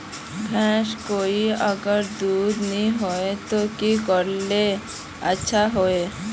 भैंस कोई अगर दूध नि होबे तो की करले ले अच्छा होवे?